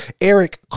Eric